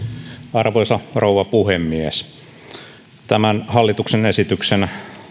arvoisa rouva puhemies tämän hallituksen esityksen